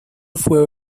fue